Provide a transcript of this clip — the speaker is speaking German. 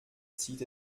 zieht